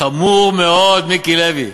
חמור מאוד, מיקי לוי.